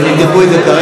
הם יבדקו את זה כרגע.